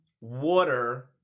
water